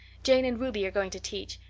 jane and ruby are going to teach.